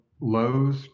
lows